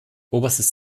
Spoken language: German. oberstes